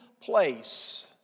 place